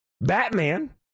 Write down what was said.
batman